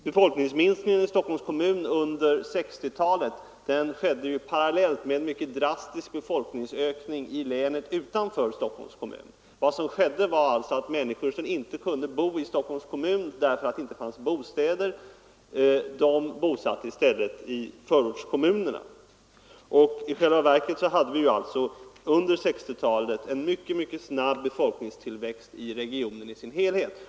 Befolkningsminskningen i Stockholms kommun under 1960-talet skedde ju parallellt med en mycket drastisk befolkningsökning i länet utanför Stockholms kommun. Vad som skedde var alltså att människor som inte kunde bo i Stockholms kommun, därför att det inte fanns bostäder, i stället bosatte sig i förortskommunerna. I själva verket hade vi alltså under 1960-talet en mycket, mycket snabb befolkningstillväxt i regionen i dess helhet.